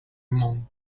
monk